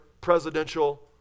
presidential